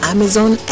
Amazon